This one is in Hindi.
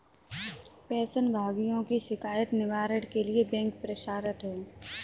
पेंशन भोगियों की शिकायत निवारण के लिए बैंक प्रयासरत है